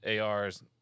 ARs